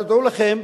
אבל דעו לכם,